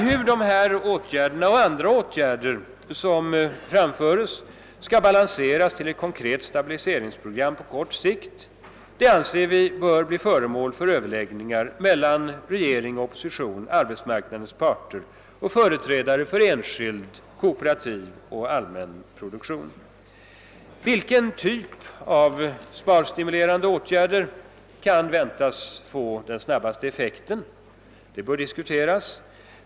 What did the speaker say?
Hur dessa åtgärder och andra åtgärder som föreslås skall balanseras till ett konkret stabiliseringsprogram på kort sikt bör, anser vi, bli föremål för överläggningar mellan regeringen, oppositionen, arbetsmarknadens parter och företrädare för enskild, kooperativ och allmän produktion. Vilken typ av sparstimulerande åtgärder som kan väntas få den snabbaste effekten bör diskuteras.